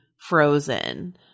frozen